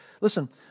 Listen